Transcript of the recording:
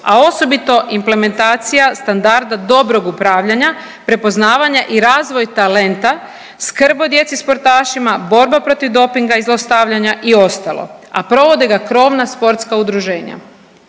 a osobito implementacija standarda dobrog upravljanja, prepoznavanja i razvoj talenta, skrb o djeci sportašima, borba protiv dopinga i zlostavljanja i ostalo, a provode ga krovna sportska udruženja.